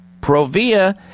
Provia